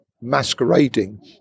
masquerading